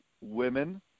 women